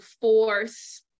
force